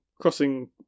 crossing